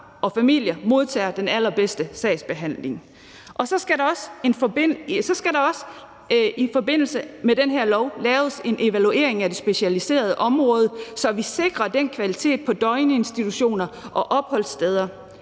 og familier modtager den allerbedste sagsbehandling. Så skal der også i forbindelse med den her lov laves en evaluering af det specialiserede område, så vi sikrer kvaliteten på døgninstitutioner og opholdssteder.